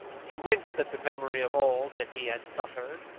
he winced at the memory of all that he had suffered,